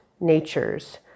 natures